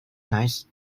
nice